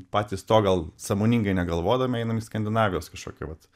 patys to gal sąmoningai negalvodami einam į skandinavijos kažkokį vat